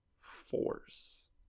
force